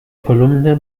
kolumne